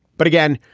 but again,